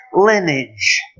lineage